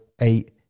eight